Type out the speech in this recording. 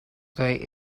they